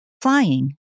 Flying